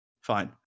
fine